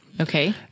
Okay